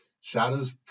Shadows